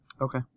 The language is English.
Okay